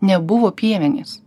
nebuvo piemenys